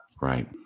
Right